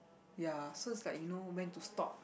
ya so it's like you know when to stop